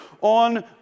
on